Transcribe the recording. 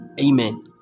Amen